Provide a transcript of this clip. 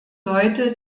leute